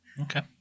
Okay